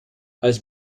als